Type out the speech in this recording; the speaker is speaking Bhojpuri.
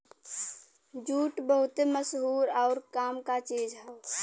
जूट बहुते मसहूर आउर काम क चीज हौ